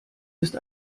ist